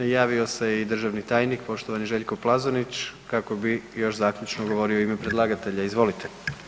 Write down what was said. Javio se i državni tajnik, poštovani Željko Plazonić, kako bi još zaključno govorio u ime predlagatelja, izvolite.